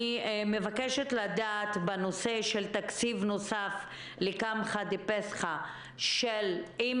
לגבי תקציב נוסף לקמחא דפסחא - אני מבקשת לדעת